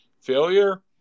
failure